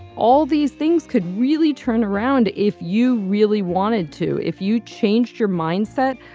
all these things could really turn around if you really wanted to if you changed your mindset.